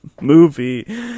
movie